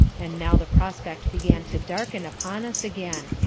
and now the prospect began to darken upon us again.